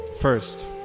first